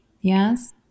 Yes